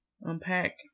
Unpack